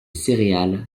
céréales